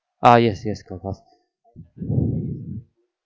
ah yes yes of course